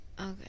Okay